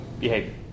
behavior